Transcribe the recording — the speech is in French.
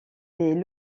des